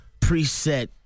preset